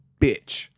bitch